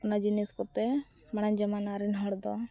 ᱚᱱᱟ ᱡᱤᱱᱤᱥ ᱠᱚᱛᱮ ᱢᱟᱲᱟᱝ ᱡᱚᱢᱟᱱᱟ ᱨᱮᱱ ᱦᱚᱲᱫᱚ